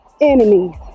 enemies